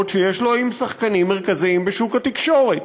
מאוד שיש לו עם שחקנים מרכזיים בשוק התקשורת.